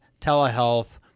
telehealth